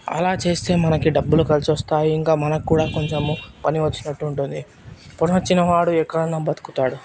అలా చేస్తే మనకి డబ్బులు కలిసొస్తాయి ఇంకా మనకు కూడా కొంచెం మనకు కూడా కొంచెం పని వచ్చినట్లు ఉంటుంది పనొచ్చిన వాడు ఎక్కడన్నా బతుకుతాడు